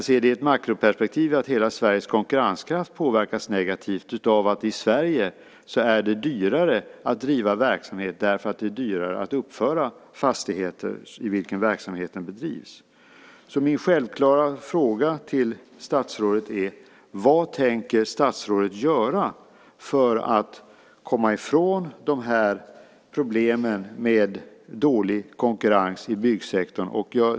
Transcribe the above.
I ett makroperspektiv kan man se att hela Sveriges konkurrenskraft påverkas negativt av att det är dyrare att driva verksamhet i Sverige därför att det är dyrare att uppföra de fastigheter i vilka verksamheten bedrivs. Min självklara fråga till statsrådet är: Vad tänker statsrådet göra för att komma från dessa problem med dålig konkurrens i byggsektorn?